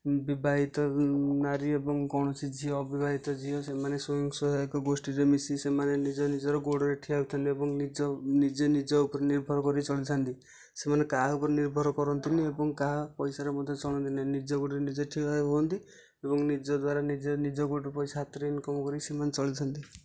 ବିବାହିତ ନାରୀ ଏବଂ କୌଣସି ଝିଅ ଅବିବାହିତ ଝିଅ ସେମାନେ ସ୍ଵୟଂ ସହାୟକ ଗୋଷ୍ଠୀ ରେ ମିଶି ସେମାନେ ନିଜ ନିଜର ଗୋଡ଼ରେ ଠିଆ ହୋଇଥାନ୍ତି ଏବଂ ନିଜ ନିଜେ ନିଜ ଉପରେ ନିର୍ଭର କରି ଚଳିଥାଆନ୍ତି ସେମାନେ କାହାର ଉପରେ ନିର୍ଭର କରନ୍ତି ନାହିଁ ଏବଂ କାହା ପଇସାରେ ମଧ୍ୟ ଚଳନ୍ତି ନାହିଁ ନିଜ ଗୋଡ଼ରେ ନିଜେ ଠିଆ ହୁଅନ୍ତି ଏବଂ ନିଜ ଦ୍ଵାରା ନିଜେ ନିଜର ଗୋଡ଼ରେ ପଇସା ହାତରେ ଇନକମ୍ କରିକି ସେମାନେ ଚଳି ଥାଆନ୍ତି